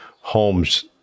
homes